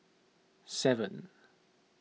seven